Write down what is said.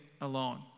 alone